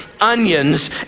onions